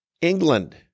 england